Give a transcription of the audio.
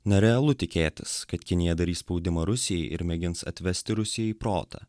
nerealu tikėtis kad kinija darys spaudimą rusijai ir mėgins atvesti rusiją į protą